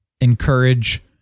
encourage